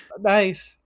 nice